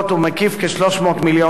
לא 3 מיליארד שקל.